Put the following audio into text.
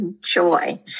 joy